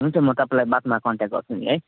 हुन्छ म तपाईँलाई बादमा कन्ट्याक गर्छु नि है